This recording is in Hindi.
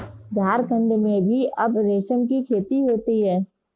झारखण्ड में भी अब रेशम की खेती होती है